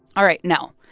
all right. now,